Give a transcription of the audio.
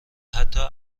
حتا